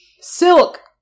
SILK